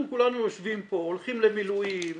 אנחנו כולנו יושבים פה, הולכים למילואים,